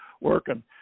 working